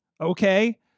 okay